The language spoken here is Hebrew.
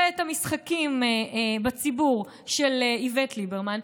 ואת המשחקים בציבור של איווט ליברמן,